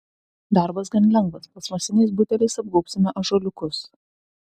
darbas gan lengvas plastmasiniais buteliais apgaubsime ąžuoliukus